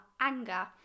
anger